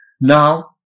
Now